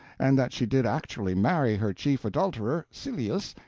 and that she did actually marry her chief adulterer, silius,